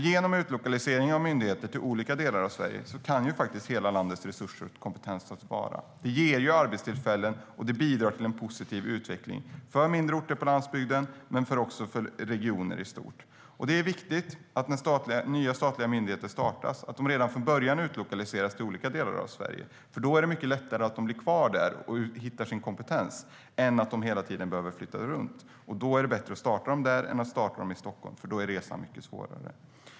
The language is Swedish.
Genom utlokalisering av myndigheter till olika delar av Sverige kan hela landets resurser och kompetens tas till vara. Det ger arbetstillfällen och bidrar till en positiv utveckling för mindre orter på landsbygden men också för regioner i stort. Det är viktigt när nya statliga myndigheter startas att de redan från början utlokaliseras till olika delar av Sverige. Då är det mycket lättare att de blir kvar där och hittar sin kompetens än när de hela tiden behöver flytta runt. Det är bättre att starta dem där än att starta dem i Stockholm, för då är resan mycket svårare.